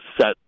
set